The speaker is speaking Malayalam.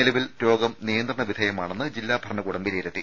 നിലവിൽ രോഗം നിയന്ത്രണവിധേയമാണെന്ന് ജില്ലാ ഭരണകൂടം വിലയിരുത്തി